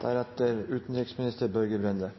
for utviklinga av Arktis, fordi 2015 forhåpentligvis er det